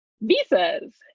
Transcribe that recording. visas